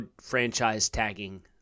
franchise-tagging